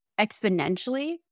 exponentially